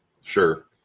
Sure